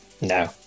No